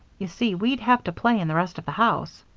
you see, we'd have to play in the rest of the house.